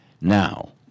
now